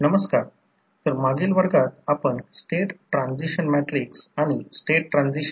primary आणि secondary टर्नची संख्या कोरच्या क्रॉस सेक्शनल एरियाची गणना करा या दोन गोष्टी आपल्याला शोधायच्या आहेत